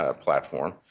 platform